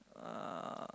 uh